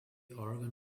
organ